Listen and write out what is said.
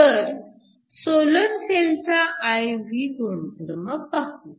तर सोलर सेलचा I V गुणधर्म पाहू